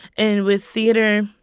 and with theater,